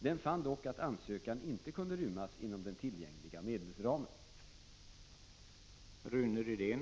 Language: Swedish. Den fann dock att ansökan inte kunde rymmas inom den tillgängliga medelsramen.